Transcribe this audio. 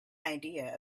idea